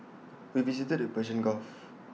we visited the Persian gulf